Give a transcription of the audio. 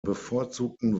bevorzugten